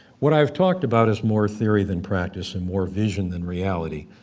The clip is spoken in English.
what i've talked about is more theory than practice and more vision than reality.